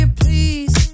please